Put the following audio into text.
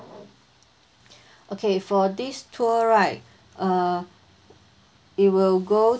okay for this tour right uh it will go